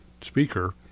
speaker